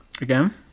again